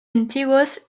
antiguos